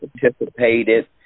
participated